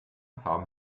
haben